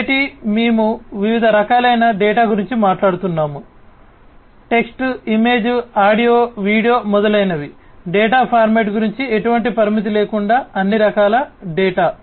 variety మేము వివిధ రకాలైన డేటా గురించి మాట్లాడుతున్నాము టెక్స్ట్ ఇమేజ్ ఆడియో వీడియో మొదలైనవి డేటా ఫార్మాట్ గురించి ఎటువంటి పరిమితి లేకుండా అన్ని రకాల డేటా